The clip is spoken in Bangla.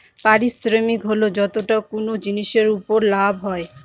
পারিশ্রমিক হল যতটা কোনো জিনিসের উপর লাভ হয়